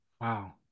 Wow